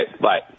bye